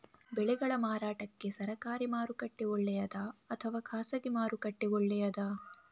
ಬೆಳೆಗಳ ಮಾರಾಟಕ್ಕೆ ಸರಕಾರಿ ಮಾರುಕಟ್ಟೆ ಒಳ್ಳೆಯದಾ ಅಥವಾ ಖಾಸಗಿ ಮಾರುಕಟ್ಟೆ ಒಳ್ಳೆಯದಾ